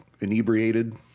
inebriated